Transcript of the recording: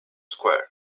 square